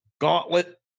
Gauntlet